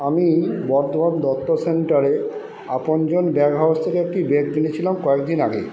আমি বর্ধমান দত্ত সেন্টারে Apanjan bag house থেকে একটি ব্যাগ কিনেছিলাম কয়েক দিন আগে